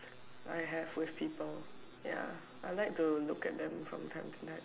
I have with people ya I like to look at them from time to time